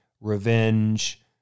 revenge